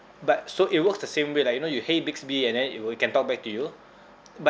but so it works the same way like you know you !hey! bixby and then it will it can talk back to you but